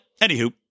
anywho